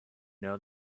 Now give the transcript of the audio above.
know